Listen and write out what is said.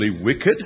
wicked